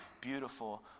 Beautiful